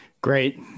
Great